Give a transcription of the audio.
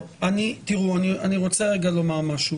תראו, אני רוצה לומר משהו: